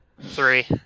three